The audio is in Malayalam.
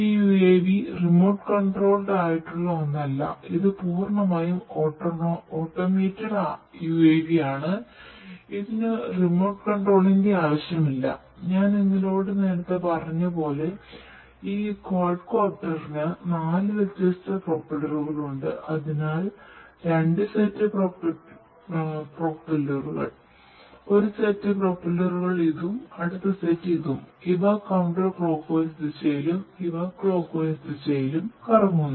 ഈ UAV റിമോട്ട് കൺട്രോൾഡ് ദിശയിലും കറങ്ങുന്നു